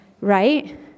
right